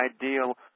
ideal